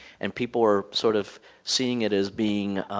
and people are sort of seeing it as being